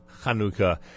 Hanukkah